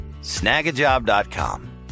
snagajob.com